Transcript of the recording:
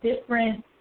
different